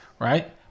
right